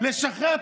לשחרר.